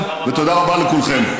ותודה רבה לכולכם.